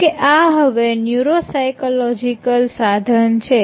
જો કે આ હવે ન્યુરો સાયકોલોજિકલ સાધન છે